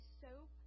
soap